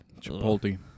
Chipotle